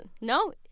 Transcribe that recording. no